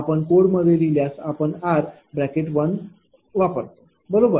आपण कोड मध्ये लिहिल्यास आपण r1 वापरू बरोबर